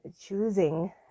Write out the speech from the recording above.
choosing